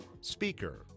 speaker